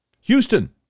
Houston